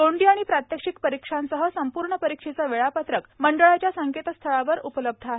तोंडी आणि प्रात्यक्षिक परीक्षांसह संपूर्ण परीक्षेचं वेळापत्रक मंडळाच्या संकेतस्थळावर उपलब्ध आहे